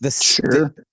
Sure